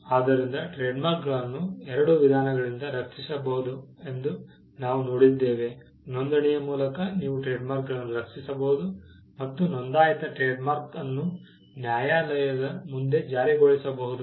ಆದ್ದರಿಂದ ಟ್ರೇಡ್ಮಾರ್ಕ್ಗಳನ್ನು ಎರಡು ವಿಧಾನಗಳಿಂದ ರಕ್ಷಿಸಬಹುದು ಎಂದು ನಾವು ನೋಡಿದ್ದೇವೆ ನೋಂದಣಿಯ ಮೂಲಕ ನೀವು ಟ್ರೇಡ್ಮಾರ್ಕ್ಗಳನ್ನು ರಕ್ಷಿಸಬಹುದು ಮತ್ತು ನೋಂದಾಯಿತ ಟ್ರೇಡ್ಮಾರ್ಕ್ ಅನ್ನು ನ್ಯಾಯಾಲಯದ ಮುಂದೆ ಜಾರಿಗೊಳಿಸಬಹುದು